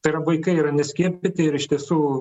tai yra vaikai yra neskiepyti ir iš tiesų